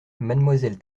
mademoiselle